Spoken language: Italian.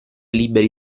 liberi